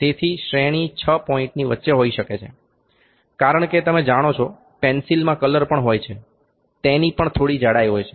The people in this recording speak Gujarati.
તેથી શ્રેણી છ પોઇન્ટની વચ્ચે હોઇ શકે છે કારણ કે તમે જાણો છો પેન્સિલમાં કલર પણ હોય છે તેની પણ થોડી જાડાઈ હોય છે